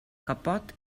capot